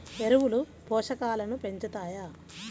ఎరువులు పోషకాలను పెంచుతాయా?